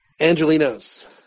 Angelinos